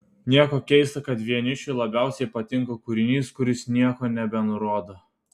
nieko keista kad vienišiui labiausiai patinka kūrinys kuris nieko nebenurodo